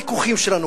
כל הוויכוחים שלנו,